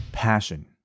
passion